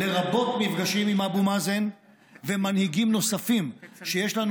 לרבות מפגשים עם אבו מאזן ומנהיגים נוספים שיש לנו